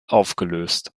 aufgelöst